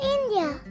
India